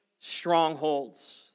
strongholds